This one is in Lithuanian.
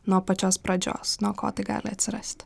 nuo pačios pradžios nuo ko tai gali atsirast